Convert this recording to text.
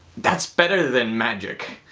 that's better than magic.